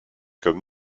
comme